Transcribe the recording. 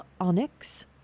Onyx